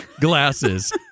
glasses